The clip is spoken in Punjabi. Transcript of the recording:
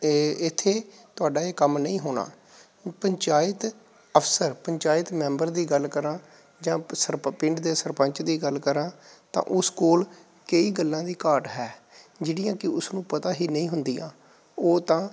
ਇਹ ਇੱਥੇ ਤੁਹਾਡਾ ਇਹ ਕੰਮ ਨਹੀਂ ਹੋਣਾ ਪੰਚਾਇਤ ਅਫਸਰ ਪੰਚਾਇਤ ਮੈਂਬਰ ਦੀ ਗੱਲ ਕਰਾਂ ਜਾਂ ਪ ਸਰਪ ਪਿੰਡ ਦੇ ਸਰਪੰਚ ਦੀ ਗੱਲ ਕਰਾਂ ਤਾਂ ਉਸ ਕੋਲ ਕਈ ਗੱਲਾਂ ਦੀ ਘਾਟ ਹੈ ਜਿਹੜੀਆਂ ਕਿ ਉਸ ਨੂੰ ਪਤਾ ਹੀ ਨਹੀਂ ਹੁੰਦੀਆਂ ਉਹ ਤਾਂ